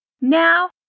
Now